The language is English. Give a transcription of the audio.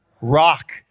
rock